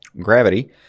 gravity